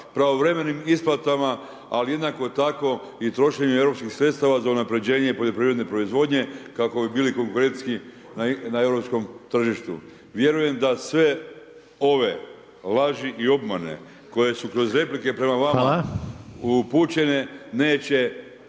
pravovremenim isplatama, ali jednako tako, i trošenje europskih sredstava za unapređenje poljoprivredne proizvodnje, kako bi bili konkurentskiji na europskom tržištu. Vjerujem da sve ove laži i obmane koje su kroz replike …/Upadica: Hvala/…prema vama upućene, neće